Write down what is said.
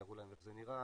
יראו להם איך זה נראה,